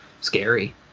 scary